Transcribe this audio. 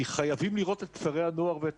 כי חייבים לראות את כפרי הנוער ואת